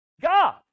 God